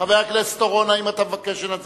חבר הכנסת אורון, האם אתה מבקש שנצביע?